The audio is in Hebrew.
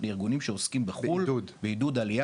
לארגונים שעוסקים בחו"ל בעידוד עלייה,